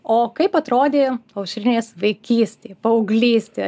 o kaip atrodė aušrinės vaikystė paauglystė